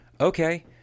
Okay